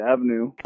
Avenue